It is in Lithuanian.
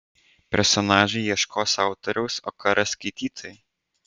personažai ieškos autoriaus o ką ras skaitytojai